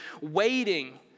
waiting